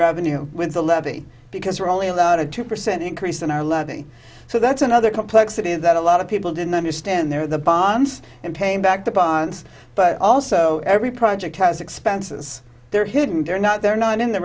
revenue with a levy because we're only allowed a two percent increase in our levy so that's another complexity that a lot of people don't understand they're the bonds and paying back the bonds but also every project has expenses they're hidden they're not they're not in the